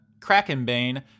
Krakenbane